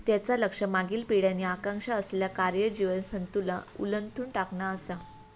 त्यांचा लक्ष मागील पिढ्यांनी आकांक्षा असलेला कार्य जीवन संतुलन उलथून टाकणा असा